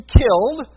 killed